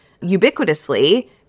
ubiquitously